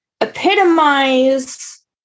epitomize